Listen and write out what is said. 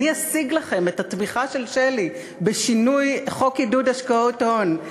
אני אשיג לכם את התמיכה של שלי בשינוי החוק לעידוד השקעות הון.